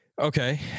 Okay